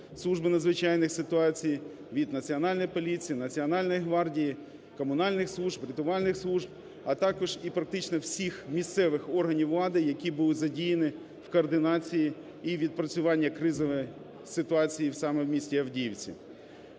служби надзвичайних ситуацій, від Національної поліції, Національної гвардії, комунальних служб, рятувальних служб, а також і практично всіх місцевих органів влади, які були задіяні в координації і відпрацюванні кризової ситуації саме в місті Авдіївці.